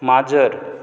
माजर